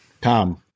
Tom